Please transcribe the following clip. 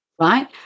right